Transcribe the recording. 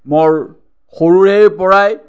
মোৰ সৰুৰে পৰাই